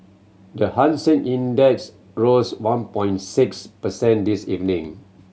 the Hang Seng Index rose one point six percent this evening